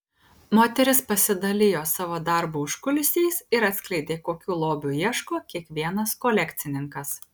moteris pasidalijo savo darbo užkulisiais ir atskleidė kokių lobių ieško kiekvienas kolekcininkas